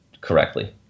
correctly